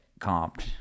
comped